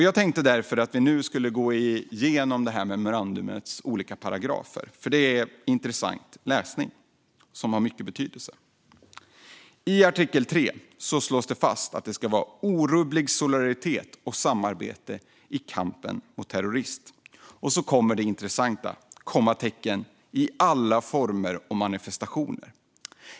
Jag tänkte därför nu gå igenom några av memorandumets paragrafer, för det är intressant läsning som har stor betydelse. I artikel 3 slås fast att det ska råda orubblig solidaritet och samarbete i kampen mot terrorism - och sedan kommer det intressanta - i alla former och manifestationer.